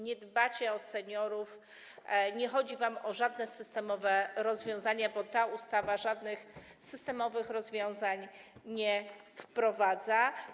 Nie dbacie o seniorów, nie chodzi wam o żadne systemowe rozwiązania, bo ta ustawa żadnych systemowych rozwiązań nie wprowadza.